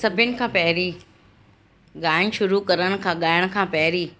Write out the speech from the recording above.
सभिनि खां पहिरीं गायनि शुरू करण खां गायण खां पहिरीं